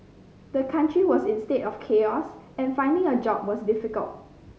the country was in a state of chaos and finding a job was difficult